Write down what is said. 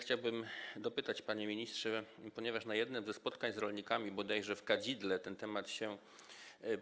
Chciałbym dopytać, panie ministrze, ponieważ na jednym ze spotkań z rolnikami, bodajże w Kadzidle, ten temat się